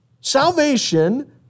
salvation